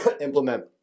implement